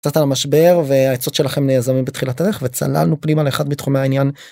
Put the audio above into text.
קצת על המשבר והעצות שלכם נעזבים בתחילת הדרך וצללנו פנימה לאחד בתחום העניין.